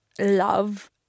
love